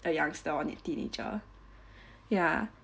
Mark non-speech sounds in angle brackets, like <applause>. a youngster or a teenager <breath> ya